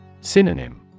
Synonym